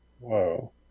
Whoa